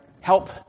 help